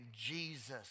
Jesus